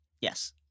Yes